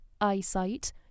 eyesight